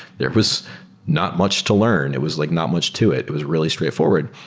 there was not much to learn. it was like not much to it it was really straightforward.